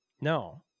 no